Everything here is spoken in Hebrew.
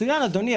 מצוין אדוני,